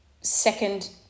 second